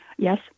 Yes